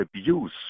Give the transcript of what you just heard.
abuse